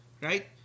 right